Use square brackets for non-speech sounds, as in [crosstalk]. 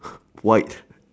[breath] white